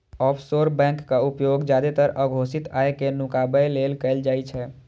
offshore बैंकक उपयोग जादेतर अघोषित आय कें नुकाबै लेल कैल जाइ छै